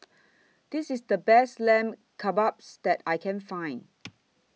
This IS The Best Lamb Kebabs that I Can Find